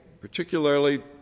Particularly